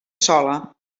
sola